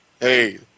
Hey